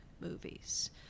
movies